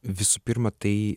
visų pirma tai